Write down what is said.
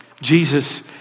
Jesus